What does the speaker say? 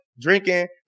drinking